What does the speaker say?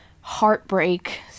heartbreak